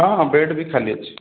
ହଁ ହଁ ବେଡ଼୍ ବି ଖାଲି ଅଛି